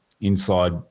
inside